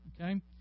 Okay